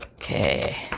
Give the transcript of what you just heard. Okay